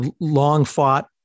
long-fought